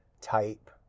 type